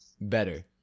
better